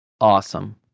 Awesome